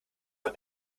von